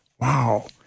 wow